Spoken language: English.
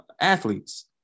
athletes